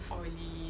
oily